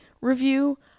review